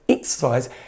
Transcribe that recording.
Exercise